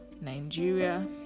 nigeria